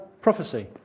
prophecy